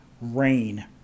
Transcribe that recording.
rain